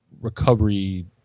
recovery